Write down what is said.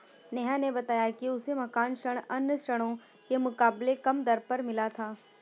नेहा ने बताया कि उसे मकान ऋण अन्य ऋणों के मुकाबले कम दर पर मिला था